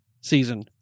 season